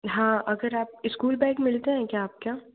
हाँ अगर आप इस्कूल बैग मिलते है क्या आप के यहाँ